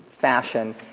fashion